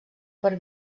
per